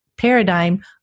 Paradigm